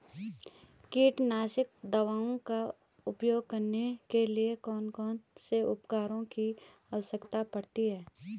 कीटनाशक दवाओं का उपयोग करने के लिए कौन कौन से उपकरणों की आवश्यकता होती है?